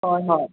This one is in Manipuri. ꯍꯣꯏ ꯍꯣꯏ